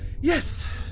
Yes